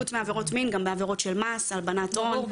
חוץ מעבירות מין, גם בעבירות של מס, הלבנת הון,